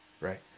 right